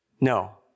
No